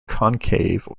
concave